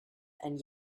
and